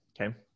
Okay